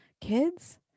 kids